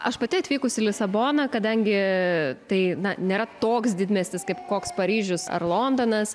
aš pati atvykus į lisaboną kadangi tai na nėra toks didmiestis kaip koks paryžius ar londonas